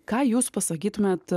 ką jūs pasakytumėt